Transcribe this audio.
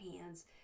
hands